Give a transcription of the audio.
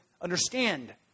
understand